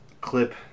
clip